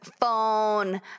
phone